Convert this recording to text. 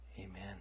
amen